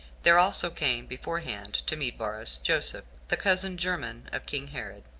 there also came beforehand to meet varus, joseph, the cousin-german of king herod,